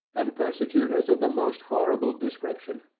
and persecutors of the most terrible description.